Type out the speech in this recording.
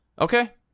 Okay